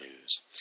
news